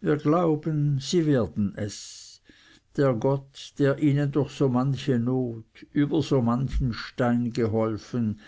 wir glauben sie werden es der gott der ihnen durch so manche not über so manchen hohen stein geholfen